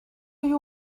you